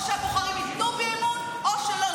או שהבוחרים ייתנו בי אמון או שלא.